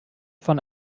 von